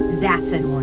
that's an order.